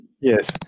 Yes